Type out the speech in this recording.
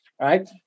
Right